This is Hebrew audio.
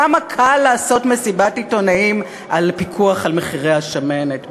כמה קל לעשות מסיבת עיתונאים על פיקוח על מחירי השמנת.